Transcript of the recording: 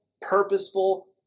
purposeful